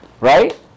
right